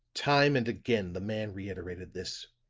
time and again the man reiterated this